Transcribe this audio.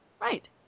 Right